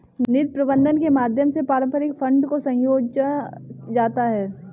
निधि प्रबन्धन के माध्यम से पारस्परिक फंड को संजोया जाता है